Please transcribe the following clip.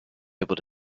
able